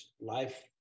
life